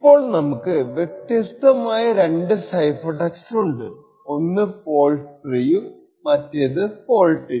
ഇപ്പോൾ നമുക്ക് വ്യത്യസ്തമായ രണ്ടു സൈഫർ ടെക്സ്റ്റ് ഉണ്ട് ഒന്ന് ഫോൾട്ട് ഫ്രീയും മറ്റേതു ഫോൾട്ടിയും